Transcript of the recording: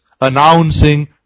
announcing